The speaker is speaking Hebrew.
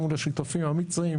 גם מול השותפים המצרים,